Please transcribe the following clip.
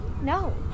No